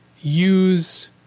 use